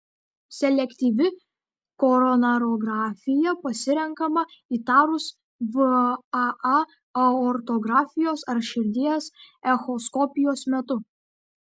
selektyvi koronarografija pasirenkama įtarus vaa aortografijos ar širdies echoskopijos metu